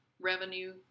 revenue